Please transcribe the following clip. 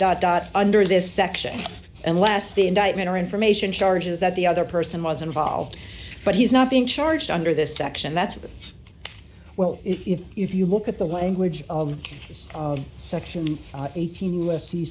dot dot under this section unless the indictment or information charges that the other person was involved but he's not being charged under this section that's a bit well if you look at the language of his section eighteen u s c